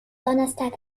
donnerstag